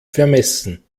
vermessen